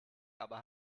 aber